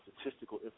statistical